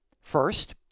First